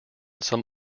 some